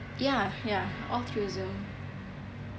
ya ya all through zoom